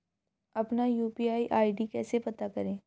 अपना UPI ID कैसे पता करें?